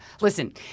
Listen